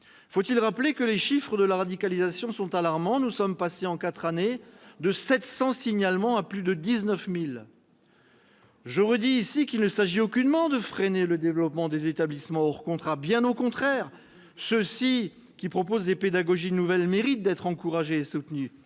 Faut-il rappeler que les chiffres de la radicalisation sont alarmants ? Nous sommes passés en quatre années de 700 signalements à plus de 19 000 ! Je redis ici qu'il ne s'agit aucunement de freiner le développement des établissements hors contrat, bien au contraire. Ceux d'entre eux qui proposent des pédagogies nouvelles méritent d'être encouragés et soutenus.